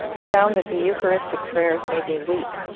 i found that the eucharistic prayers made me weep.